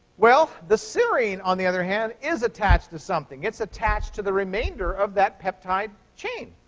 well, the serine, on the other hand, is attached to something. it's attached to the remainder of that peptide chain.